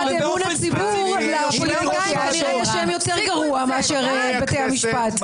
אמון הציבור לפוליטיקאים כנראה יש שם יותר גרוע מאשר בתי המשפט.